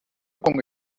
con